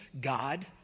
God